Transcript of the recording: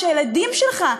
הילדים שלך,